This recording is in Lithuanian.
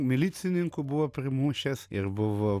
milicininkų buvo primušęs ir buvo